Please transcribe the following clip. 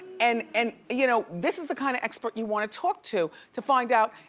and and you know this is the kinda expert you wanna talk to to find out,